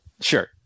Sure